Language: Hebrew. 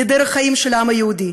לדרך החיים של העם היהודי,